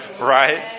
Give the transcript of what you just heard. right